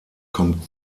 kommt